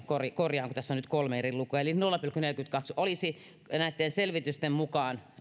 korjaan kun tässä on nyt kolme eri lukua eli nolla pilkku neljäkymmentäkaksi olisi näitten selvitysten mukaan